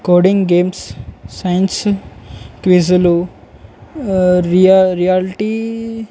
coding games science క్విజులు రియా reality